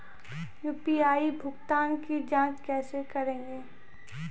UPI भुगतान की जाँच कैसे करेंगे?